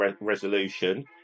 resolution